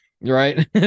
Right